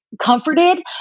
comforted